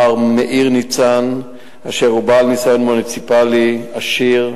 מר מאיר ניצן, שהוא בעל ניסיון מוניציפלי עשיר,